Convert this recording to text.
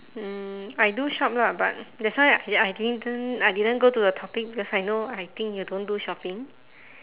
hmm I do shop lah but that's why I I didn't I didn't go to the topic because I know I think you don't do shopping